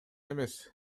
эмес